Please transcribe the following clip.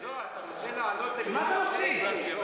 מה אתה מפסיד?